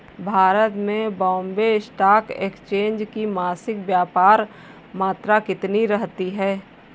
भारत में Bombay stock exchange की मासिक व्यापार मात्रा कितनी रहती है?